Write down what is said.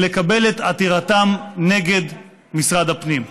ולקבל את עתירתם נגד משרד הפנים,